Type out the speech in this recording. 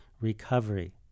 recovery